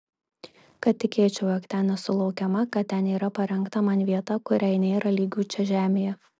kad tikėčiau jog ten esu laukiama kad ten yra parengta man vieta kuriai nėra lygių čia žemėje